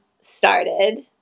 started